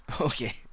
Okay